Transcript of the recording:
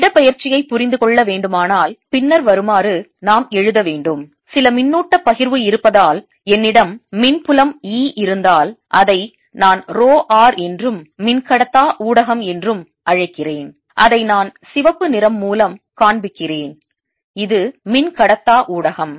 இடப்பெயர்ச்சியைப் புரிந்து கொள்ள வேண்டுமானால் பின்னர் வருமாறு நாம் எழுத வேண்டும் சில மின்னூட்டப் பகிர்வு இருப்பதால் என்னிடம் மின்புலம் E இருந்தால் அதை நான் ரோ r என்றும் மின்கடத்தா ஊடகம் என்றும் அழைக்கிறேன் அதை நான் சிவப்பு நிறம் மூலம் காண்பிக்கிறேன் இது மின்கடத்தா ஊடகம்